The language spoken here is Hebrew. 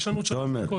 כן.